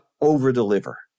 over-deliver